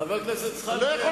חבר הכנסת זחאלקה, מה קרה?